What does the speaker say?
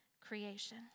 creation